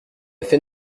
fait